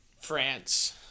France